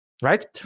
Right